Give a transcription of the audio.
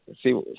see